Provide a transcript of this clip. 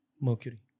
Mercury